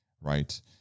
right